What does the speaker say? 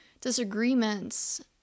disagreements